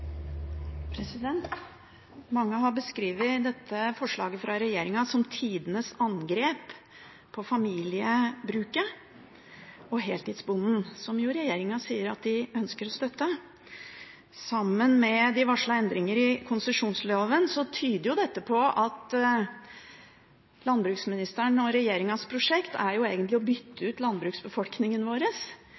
som tidenes angrep på familiebruket og heltidsbonden, som regjeringen sier de ønsker å støtte. Sammen med de varslede endringer i konsesjonsloven tyder dette på at landbruksministeren og regjeringens prosjekt egentlig er å bytte ut landbruksbefolkningen vår